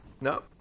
No